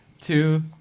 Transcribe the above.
two